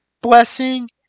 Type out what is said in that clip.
blessing